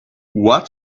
what